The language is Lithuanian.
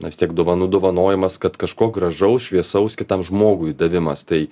na vis tiek dovanų dovanojimas kad kažko gražaus šviesaus kitam žmogui davimas tai